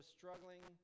struggling